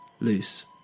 loose